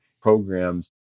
programs